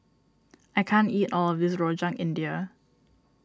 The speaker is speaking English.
I can't eat all of this Rojak India